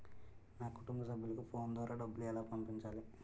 నా కుటుంబ సభ్యులకు ఫోన్ ద్వారా డబ్బులు ఎలా పంపించాలి?